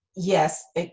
yes